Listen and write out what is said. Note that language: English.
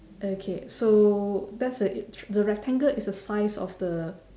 okay so that's a the rectangle is a size of the